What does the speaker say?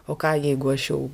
o ką jeigu aš jau